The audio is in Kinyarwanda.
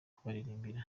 kubaririmbira